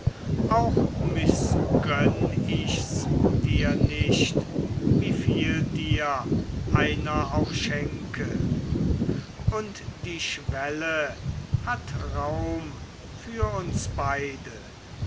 auch mißgönn ich's dir nicht wieviel dir einer auch schenke und die schwelle hat raum für uns beide